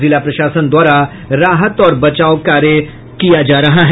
जिला प्रशासन द्वारा राहत और बचाव कार्य जारी है